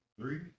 three